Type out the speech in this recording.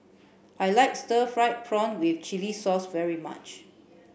I like stir fried prawn with chili sauce very much